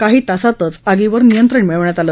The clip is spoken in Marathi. काही तासातच आगीवर नियंत्रण मिळवण्यात आलं